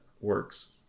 works